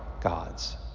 gods